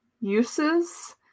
uses